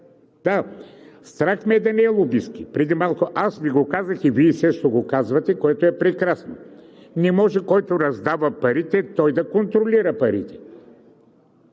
Да, страх ме е да не е лобистки. Преди малко аз Ви го казах, и Вие също го казвате, което е прекрасно. Не може, който раздава парите, той да ги контролира.